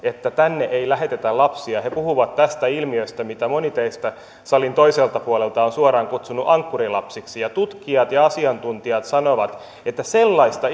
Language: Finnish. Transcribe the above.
että tänne ei lähetetä lapsia puhuvat tästä ilmiöstä mitä moni teistä salin toiselta puolelta on suoraan kutsunut ankkurilapsiksi ja tutkijat ja asiantuntijat sanovat että sellaista